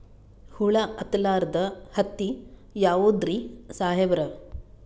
ಹುಳ ಹತ್ತಲಾರ್ದ ಹತ್ತಿ ಯಾವುದ್ರಿ ಸಾಹೇಬರ?